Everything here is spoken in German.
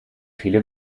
viele